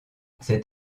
cet